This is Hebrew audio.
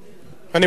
אני מאוד מודה לך.